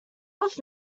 off